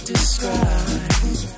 describe